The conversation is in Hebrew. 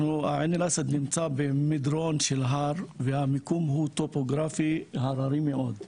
עין אל-אסד נמצא במדרון של הר וטופוגרפית הוא הררי מאוד.